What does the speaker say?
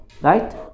Right